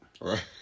Right